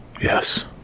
Yes